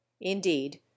indeed